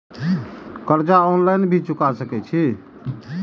कर्जा ऑनलाइन भी चुका सके छी?